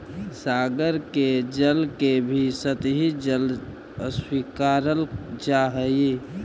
सागर के जल के भी सतही जल स्वीकारल जा हई